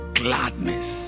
gladness